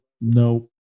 No